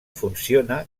funciona